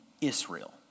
Israel